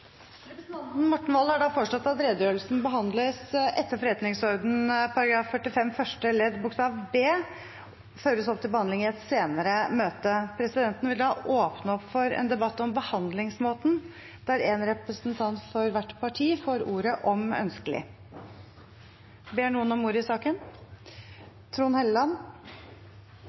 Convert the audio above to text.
Representanten Morten Wold har da foreslått at redegjørelsen behandles etter forretningsordenen § 45 første ledd bokstav b og føres opp til behandling i et senere møte. Presidenten vil åpne opp for en debatt om behandlingsmåten, der én representant for hvert parti får ordet, om ønskelig. Representanten Trond Helleland har bedt om ordet.